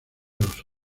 los